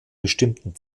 bestimmten